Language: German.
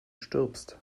stirbst